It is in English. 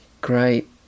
Great